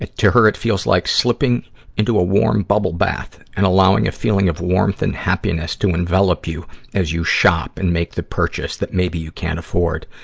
to her, it feels like slipping into a warm bubble bath and allowing a feeling of warmth and happiness to envelope you as you shop and make the purchase that maybe you can't afford,